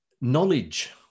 knowledge